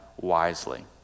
wisely